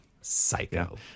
Psycho